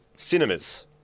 cinemas